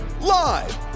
live